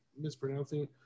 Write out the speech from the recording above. mispronouncing